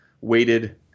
weighted